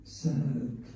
sad